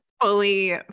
Fully